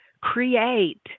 create